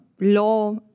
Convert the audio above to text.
law